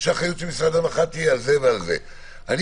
אני רוצה לומר ליועצת המשפטית של משרד הבריאות אני מבקש,